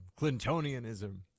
clintonianism